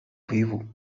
vivo